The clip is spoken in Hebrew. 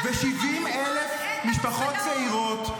ו-70,000 משפחות צעירות,